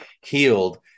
healed